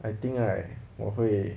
I think I 我会